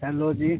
hello जी